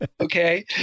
okay